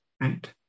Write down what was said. right